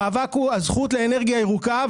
המאבק הוא על זכות לאנרגיה ירוקה,